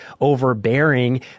overbearing